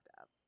up